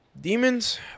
Demons